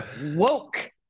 Woke